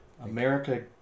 America